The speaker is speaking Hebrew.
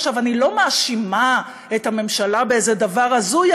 עכשיו, אני לא מאשימה את הממשלה באיזה דבר הזוי.